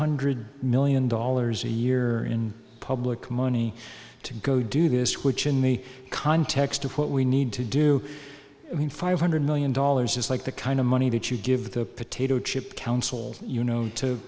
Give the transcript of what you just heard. hundred million dollars a year in public money to go do this which in the context of what we need to do i mean five hundred million dollars is like the kind of money that you give the potato chip council you know to